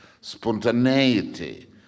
spontaneity